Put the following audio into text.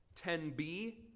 10b